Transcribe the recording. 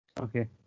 Okay